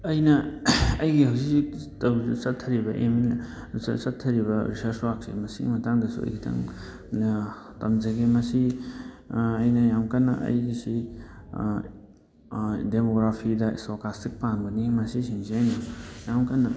ꯑꯩꯅ ꯑꯩꯒꯤ ꯍꯧꯖꯤꯛ ꯍꯧꯖꯤꯛ ꯆꯠꯊꯔꯤꯕ ꯆꯠꯊꯔꯤꯕ ꯔꯤꯁꯥꯔꯁ ꯋꯥꯔꯛꯁꯦ ꯃꯁꯤꯒꯤ ꯃꯇꯥꯡꯗꯁꯨ ꯑꯩ ꯈꯤꯇꯪ ꯇꯝꯖꯒꯦ ꯃꯁꯤ ꯑꯩꯅ ꯌꯥꯝ ꯀꯟꯅ ꯑꯩꯒꯤꯁꯤ ꯗꯦꯃꯣꯒ꯭ꯔꯥꯐꯤꯗ ꯁꯣꯀꯥꯁꯇꯤꯛ ꯄꯥꯝꯕꯅꯤ ꯃꯁꯤꯁꯤꯡꯁꯦ ꯑꯩꯅ ꯌꯥꯝ ꯀꯟꯅ